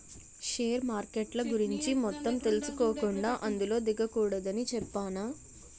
share మార్కెట్ల గురించి మొత్తం తెలుసుకోకుండా అందులో దిగకూడదని చెప్పేనా